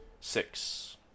six